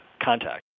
contact